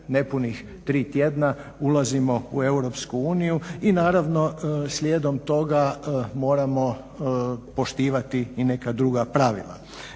nepunih 3 tjedna ulazimo u EU i naravno slijedom toga moramo poštivati i neka druga pravila.